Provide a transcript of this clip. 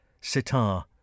sitar